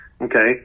Okay